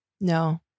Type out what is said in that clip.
No